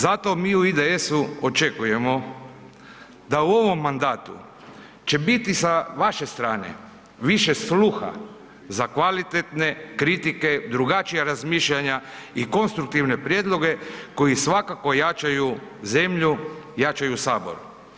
Zato mi u IDS-u očekujemo da u ovom mandatu će biti sa vaše strane više sluha za kvalitetne kritike, drugačija razmišljanja i konstruktivne prijedloge koji svakako jačaju zemlju, jačaju Sabor.